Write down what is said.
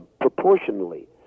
proportionally